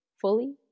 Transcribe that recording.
fully